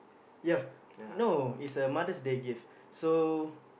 ya no is a Mother's Day gift so